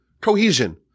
cohesion